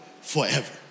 forever